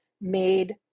made